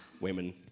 women